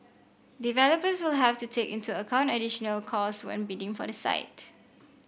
developers will have to take into account additional costs when bidding for the site